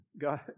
God